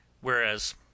Whereas